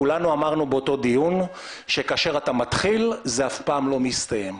כולנו אמרנו באותו דיון שכאשר אתה מתחיל זה אף פעם לא מסתיים.